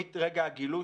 מרגע הגילוי,